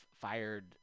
fired